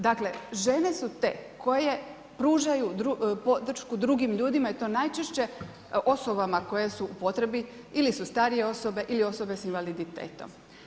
Dakle, žene su te koje pružaju podršku drugim ljudima i to najčešće osobama koje su u potrebi ili su starije osobe ili osobe s invaliditetom.